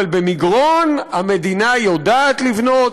אבל במגרון המדינה יודעת לבנות,